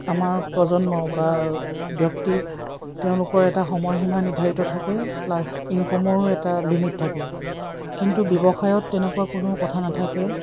আমাৰ প্ৰজন্ম বা ব্যক্তি তেওঁলোকৰ এটা সময়সীমা নিৰ্ধাৰিত থাকে প্লাছ ইনকমৰো এটা লিমিট থাকে কিন্তু ব্যৱসায়ত তেনেকুৱা কোনো কথা নাথাকে